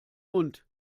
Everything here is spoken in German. mund